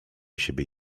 siebie